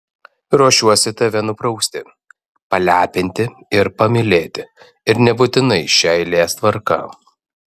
ruošiuosi tave nuprausti palepinti ir pamylėti ir nebūtinai šia eilės tvarka